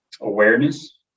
awareness